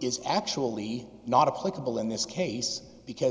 is actually not a political in this case because